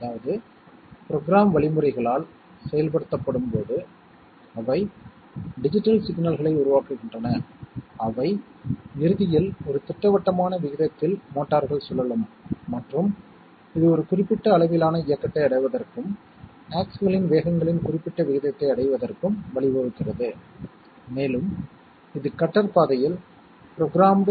அதில் நாம் செய்தது என்னவென்றால் 1 அல்லது ஹை மதிப்புகளைக் கொண்ட அந்த மதிப்புகளை நாம் சுட்டிக்காட்டியுள்ளோம் எனவே நாம் அந்த வழியில் பார்த்தால் சம் ஆனது 4 நிகழ்வுகளில் 1 இன் மதிப்பை எடுத்துக்கொள்கிறது என்று நான் சொல்லலாம்